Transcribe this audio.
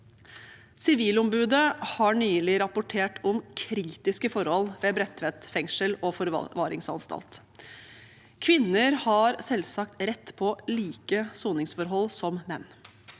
Sivilombudet har nylig rapportert om kritiske forhold ved Bredtveit fengsel og forvaringsanstalt. Kvinner har selvsagt rett på like soningsforhold som menn.